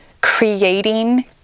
creating